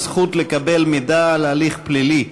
הזכות לקבל מידע על ההליך הפלילי),